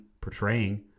portraying